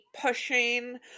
pushing